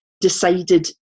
decided